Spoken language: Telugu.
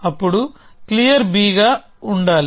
అప్పుడు క్లియర్ గా ఉండాలి